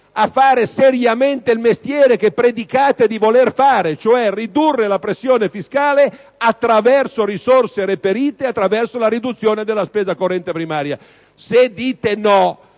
a fare seriamente il mestiere che predicate di volere fare: cioè ridurre la pressione fiscale attraverso risorse reperite attraverso la riduzione della spesa corrente primaria. Se dite no,